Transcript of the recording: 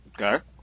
Okay